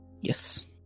Yes